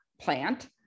plant